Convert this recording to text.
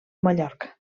mallorca